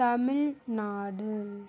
Tamil Nadu